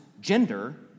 gender